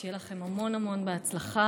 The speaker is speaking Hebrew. שיהיה לכם המון המון בהצלחה,